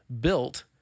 built